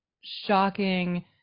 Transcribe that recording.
shocking